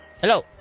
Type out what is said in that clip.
Hello